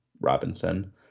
robinson